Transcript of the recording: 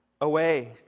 away